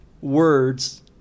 words